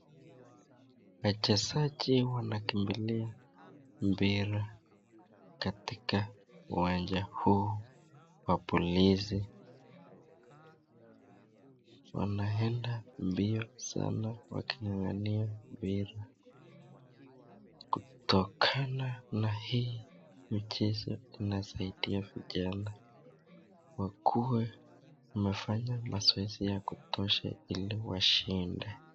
Wachezaji wanakimbilia mpira katika uwanja huu wa polisi, wanaenda mbio sana wakingangania mpira, kutokana na hii mchezo inasaidia vijana kwa kuwa wamefanya mazoezi ya kutosha ili washinde.